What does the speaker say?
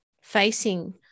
facing